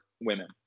women